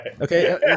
Okay